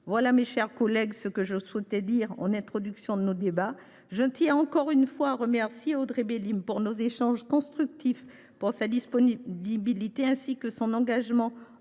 mes chers collègues, ce que je souhaitais dire en introduction de nos débats. Je tiens encore une fois à remercier Audrey Bélim de nos échanges constructifs. Je salue sa disponibilité et son engagement